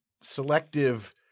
selective